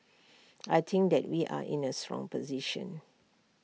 I think that we are in A strong position